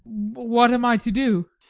what am i to do?